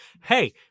hey